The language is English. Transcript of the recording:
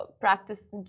practice